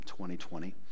2020